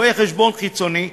רואה-חשבון חיצוני,